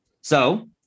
So-